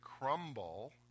crumble